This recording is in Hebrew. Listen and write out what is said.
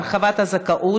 הרחבת הזכאות),